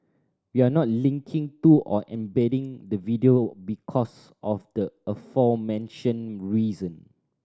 we're not linking to or embedding the video because of the aforementioned reason